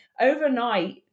overnight